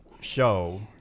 show